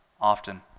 Often